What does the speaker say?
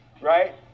right